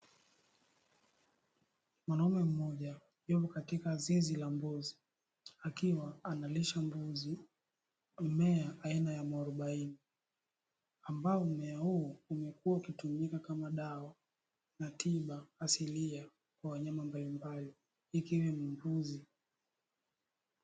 Mwanaume mmoja yumo katika zizi la mbuzi akiwa analisha mbuzi mmea aina ya mwarobaini. Ambao mmea huu umekua ukitumika kama dawa na tiba asilia kwa wanyama mbalimbali ikiwemo mbuzi.